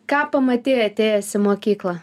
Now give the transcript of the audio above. ką pamatei atėjęs į mokyklą